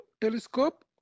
telescope